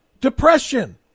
Depression